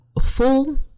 full